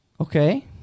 Okay